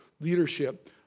leadership